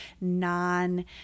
non-